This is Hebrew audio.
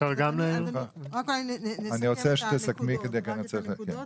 נסכם את הנקודות.